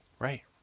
Right